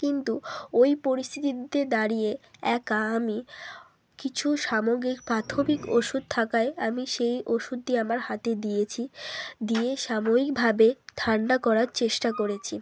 কিন্তু ওই পরিস্থিতিতে দাঁড়িয়ে একা আমি কিছু সামগ্রিক প্রাথমিক ওষুধ থাকায় আমি সেই ওষুধটি আমার হাতে দিয়েছি দিয়ে সাময়িকভাবে ঠান্ডা করার চেষ্টা করেছি